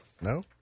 No